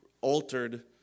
altered